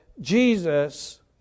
Jesus